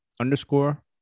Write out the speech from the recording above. underscore